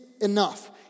enough